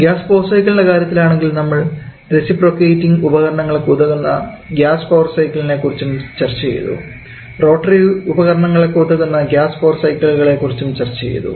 gas power സൈക്കിളിൻറെ കാര്യത്തിൽ ആണെങ്കിൽ നമ്മൾ റെസിപ്രോകേയ്റ്റിംഗ് ഉപകരണങ്ങൾക്ക് ഉതകുന്നതായ ഗ്യാസ് പവർസൈക്കിൾളുകളെ കുറിച്ചും ചർച്ച ചെയ്തു റോട്ടറി ഉപകരണങ്ങൾക്ക് ഉതകുന്ന ഗ്യാസ് പവർ സൈക്കിളുകളെ കുറിച്ചും ചർച്ച ചെയ്തു